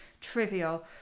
trivial